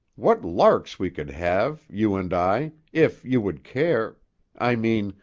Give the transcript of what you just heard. what larks we could have, you and i, if you would care i mean,